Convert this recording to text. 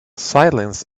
silence